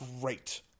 great